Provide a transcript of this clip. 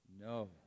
No